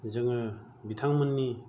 जोङो बिथांमोननि